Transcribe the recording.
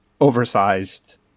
oversized